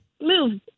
move